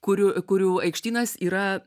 kurių kurių aikštynas yra